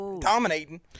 dominating